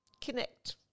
connect